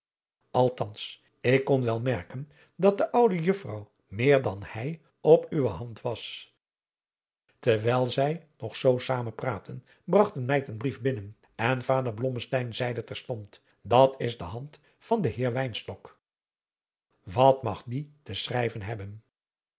althans ik kon wel merken dat de oude juffrouw meer dan hij op uwe hand was terwijl zij nog zoo zamen praatten bragt een meid een brief binnen en vader blommesteyn zeide terstond dat is de hand van den heer wynstok wat mag die te schrijven hebben